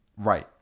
Right